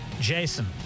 Jason